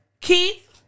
Keith